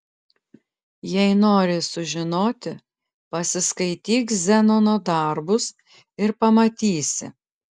jei nori sužinoti pasiskaityk zenono darbus ir pamatysi